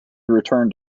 returned